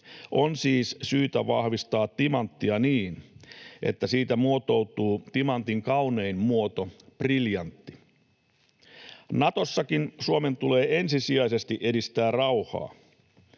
On siis syytä vahvistaa timanttia niin, että siitä muotoutuu timantin kaunein muoto, briljantti. Natossakin Suomen tulee ensisijaisesti edistää rauhaa.